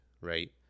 right